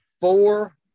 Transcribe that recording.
four